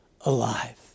alive